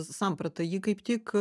samprata ji kaip tik